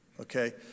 okay